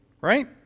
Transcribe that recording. Right